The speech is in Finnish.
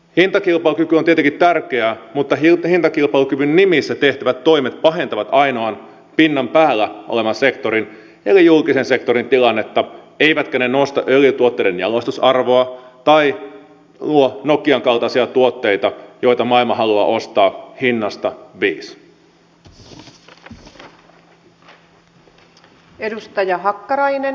hintakilpailukyky on tietenkin tärkeä mutta hintakilpailukyvyn nimissä tehtävät toimet pahentavat ainoan pinnan päällä olevan sektorin eli julkisen sektorin tilannetta eivätkä ne nosta öljytuotteiden jalostusarvoa tai luo nokian kaltaisia tuotteita joita maailma haluaa ostaa hinnasta viis